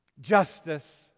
justice